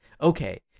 okay